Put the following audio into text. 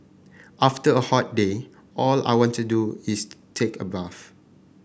after a hot day all I want to do is take a bath